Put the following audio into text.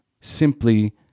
simply